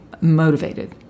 motivated